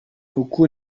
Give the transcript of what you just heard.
uku